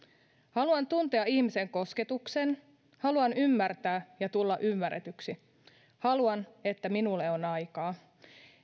haluan tuntea ihmisen kosketuksen haluan ymmärtää ja tulla ymmärretyksi haluan että minulle on aikaa